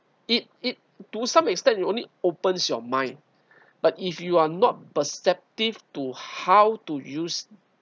it it to some extent it only opens your mind but if you are not perceptive to how to use